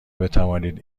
بتوانید